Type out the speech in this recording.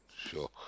Sure